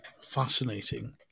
fascinating